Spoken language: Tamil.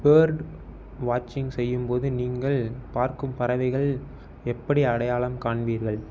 பேர்டு வாட்சிங் செய்யும் போது நீங்கள் பார்க்கும் பறவைகள் எப்படி அடையாளம் காண்பீர்கள்